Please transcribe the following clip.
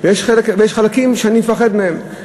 ויש חלקים שאני מפחד מהם,